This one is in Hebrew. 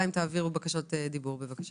החשש